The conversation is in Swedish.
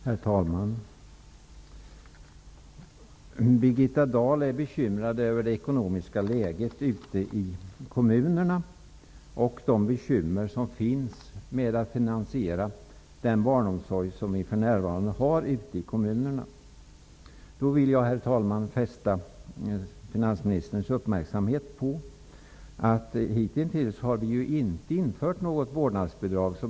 Herr talman! Birgitta Dahl är bekymrad över det ekonomiska läget ute i kommunerna och de problem som finns när det gäller att finansiera den barnomsorg som vi för närvarande har ute i kommunerna. Herr talman! Då vill jag fästa finansministerns uppmärksamhet på att vi hittintills inte har infört något vårdnadsbidrag.